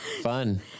Fun